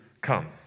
come